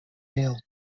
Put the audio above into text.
bail